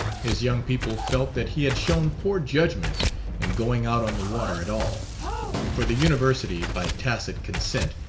his young people felt that he had shown poor judgment in going out on the water at all for the university, by tacit consent,